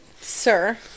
Sir